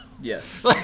Yes